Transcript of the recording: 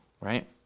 right